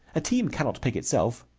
a team cannot pick itself,